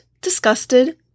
disgusted